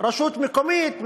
רשות מקומית מקבלת,